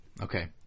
Okay